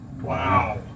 Wow